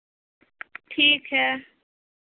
ठीक है